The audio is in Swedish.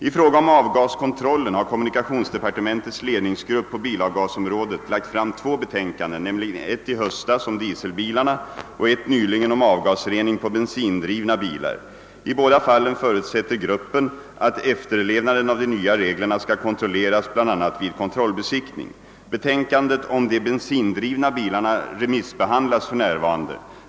I fråga om avgaskontrollen har kommunikationsdepartementets = ledningsgrupp på bilavgasområdet lagt fram två betänkanden, nämligen ett i höstas om dieselbilarna och ett nyligen om avgasrening på bensindrivna bilar. I båda fallen förutsätter gruppen, att efterlevnaden av de nya reglerna skall kontrolleras bl.a. vid kontrollbesiktning. Betänkandet om de bensindrivna bilarna remissbehandlas för närvarande.